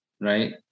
right